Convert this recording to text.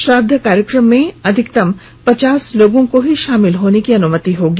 श्राद्ध कार्यक्रम में अधिकतम पचास लोगों को ही शामिल होने की अनुमति होगी